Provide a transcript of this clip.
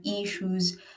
issues